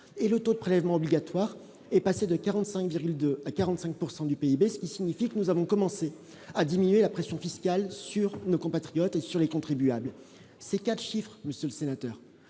et le taux de prélèvements obligatoires est passé de 45,2 45 pourcent du PIB, ce qui signifie que nous avons commencé à diminuer la pression fiscale sur nos compatriotes sur les contribuables, ces 4 chiffres monsieur le sénateur,